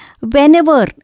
whenever